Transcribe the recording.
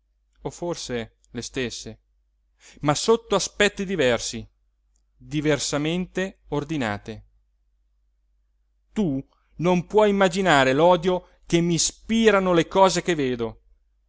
o forse le stesse ma sotto aspetti diversi diversamente ordinate tu non puoi immaginare l'odio che m'ispirano le cose che vedo